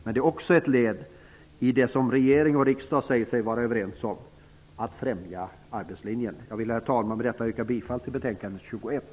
Det är också ett led i det som regeringen och riksdagen säger sig vara överens om, nämligen att främja arbetslinjen. Herr talman! Med detta vill jag yrka bifall till utskottets hemställan i betänkande 21.